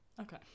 Okay